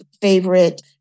favorite